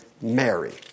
Mary